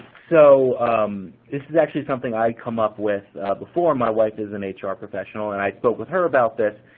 so um this is actually something i come up with before. my wife is an ah hr professional, and i spoke with her about this.